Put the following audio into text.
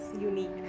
unique